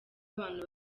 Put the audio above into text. abantu